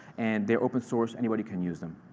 and they're open source. anybody can use them.